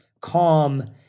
calm